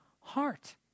heart